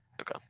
Okay